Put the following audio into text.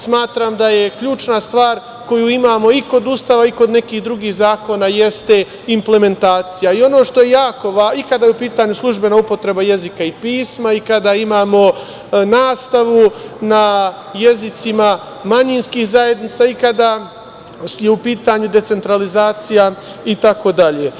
Smatram da je ključna stvar koju imamo i kod Ustava i kod nekih drugih zakona implementacija i kada je u pitanju službena upotreba jezika i pisma i kada imamo nastavu na jezicima manjinskih zajednica i kada je u pitanju decentralizacija itd.